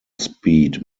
speed